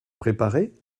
préparées